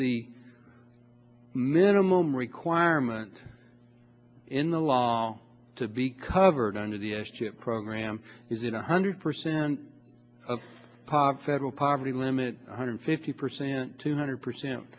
the minimum requirement in the law to be covered under the s chip program is it one hundred percent of pod federal poverty limit hundred fifty percent two hundred percent